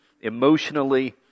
emotionally